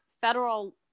federal